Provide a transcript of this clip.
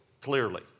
clearly